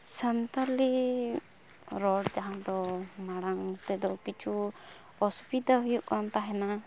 ᱥᱟᱱᱛᱟᱲᱤ ᱨᱚᱲ ᱡᱟᱦᱟᱸᱫᱚ ᱢᱟᱲᱟᱝᱛᱮᱫᱚ ᱠᱤᱪᱷᱩ ᱚᱥᱩᱵᱤᱫᱷᱟ ᱦᱩᱭᱩᱜᱠᱟᱱ ᱛᱟᱦᱮᱱᱟ